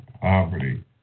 poverty